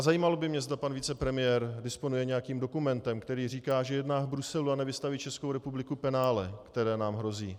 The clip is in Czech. A zajímalo by nás, zda pan vicepremiér disponuje nějakým dokumentem, který říká, že jedná v Bruselu a nevystaví Českou republiku penále, které nám hrozí.